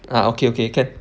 ah okay okay can